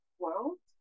world